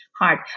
hard